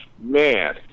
man